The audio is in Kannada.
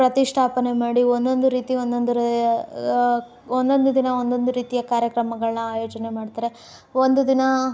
ಪ್ರತಿಷ್ಠಾಪನೆ ಮಾಡಿ ಒಂದೊಂದು ರೀತಿ ಒಂದೊಂದು ಒಂದೊಂದು ದಿನ ಒಂದೊಂದು ರೀತಿಯ ಕಾರ್ಯಕ್ರಮಗಳನ್ನ ಆಯೋಜನೆ ಮಾಡ್ತಾರೆ ಒಂದು ದಿನ